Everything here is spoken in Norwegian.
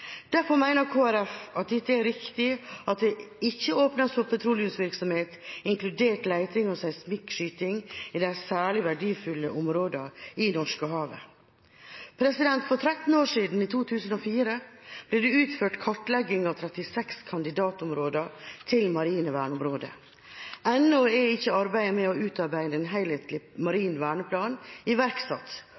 Derfor mener Kristelig Folkeparti at det er riktig at det ikke åpnes for petroleumsvirksomhet, inkludert leting og seismikkskyting, i de særlig verdifulle områdene i Norskehavet. For 13 år siden, i 2004, ble det utført kartlegging av 36 kandidatområder til marine verneområder. Ennå er ikke arbeidet med å utarbeide en helhetlig marin verneplan iverksatt,